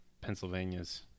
Pennsylvania's